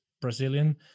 Brazilian